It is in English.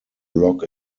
lock